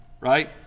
right